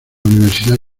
universidad